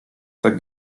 tak